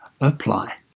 apply